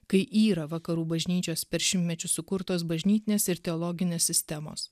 kai yra vakarų bažnyčios per šimtmečius sukurtos bažnytinės ir teologinės sistemos